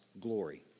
glory